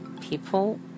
people